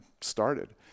started